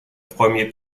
premier